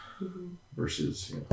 versus